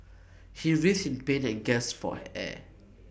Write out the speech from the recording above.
he writhed in pain and gasped for air